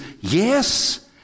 yes